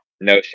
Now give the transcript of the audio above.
no